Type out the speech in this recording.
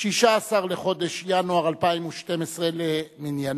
16 בחודש ינואר 2012 למניינם,